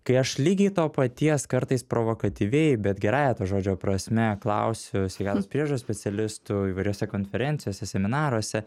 kai aš lygiai to paties kartais provokatyviai bet gerąja to žodžio prasme klausiu sveikatos priežiūros specialistų įvairiose konferencijose seminaruose